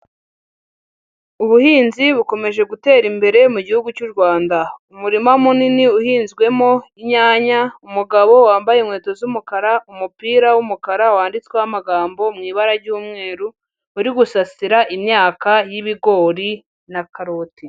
Ubuhinzi bukomeje gutera imbere mu gihugu cy'u Rwanda, umurima munini uhinzwemo inyanya, umugabo wambaye inkweto z'umukara, umupira w'umukara wanditsweho amagambo mu ibara ry'umweru, uri gusasira imyaka y'ibigori na karoti.